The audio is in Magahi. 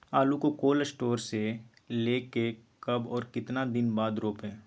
आलु को कोल शटोर से ले के कब और कितना दिन बाद रोपे?